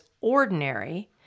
ordinary